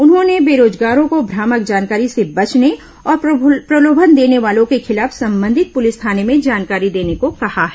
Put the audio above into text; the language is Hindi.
उन्होंने बेरोजगारो को भ्रामक जानकारी से बचने और प्रलोभन देने वालों के खिलाफ संबंधित पुलिस थाने में जानकारी देने को कहा है